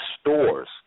stores